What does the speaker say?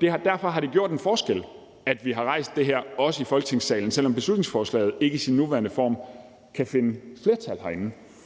Derfor har det gjort en forskel, at det her også er blevet rejst i Folketingssalen, selv om beslutningsforslaget ikke i sin nuværende form kan finde flertal herinde.